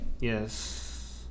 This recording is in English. Yes